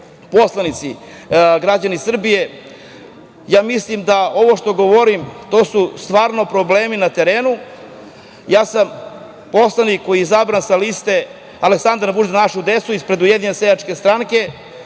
poslanici, građani Srbije, ja mislim da ovo što govorim to su stvarno problemi na terenu. Ja sam poslanik koji izabran sa liste „Aleksandar Vučić – Za našu decu“ ispred USS i ovde u